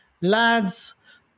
Lads